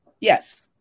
Yes